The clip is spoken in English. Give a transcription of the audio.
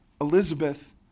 Elizabeth